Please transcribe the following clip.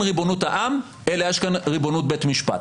ריבונות העם אלא יש כאן ריבונות בית משפט.